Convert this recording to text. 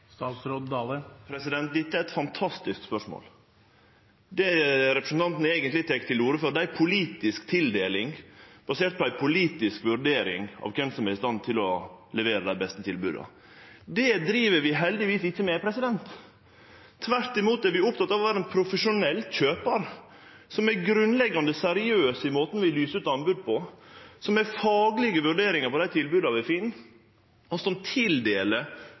Dette er eit fantastisk spørsmål. Det representanten eigentleg tek til orde for, er ei politisk tildeling, basert på ei politisk vurdering av kven som er i stand til å levere dei beste tilboda. Det driv vi heldigvis ikkje med. Tvert imot er vi opptekne av å vere ein profesjonell kjøpar, der vi er grunnleggjande seriøse i måten vi lyser ut anbod på, gjer faglege vurderingar av dei tilboda vi får inn, og